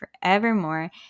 forevermore